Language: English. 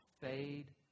fade